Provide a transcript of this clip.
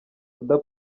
oda